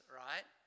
right